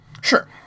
Sure